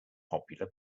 popular